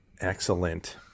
Excellent